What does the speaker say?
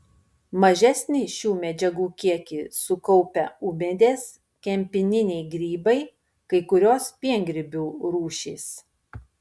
mažesnį šių medžiagų kiekį sukaupia ūmėdės kempininiai grybai kai kurios piengrybių rūšys